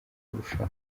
kurushaho